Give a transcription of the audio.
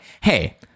Hey